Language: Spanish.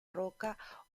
roca